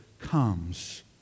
comes